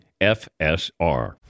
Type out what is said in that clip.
FSR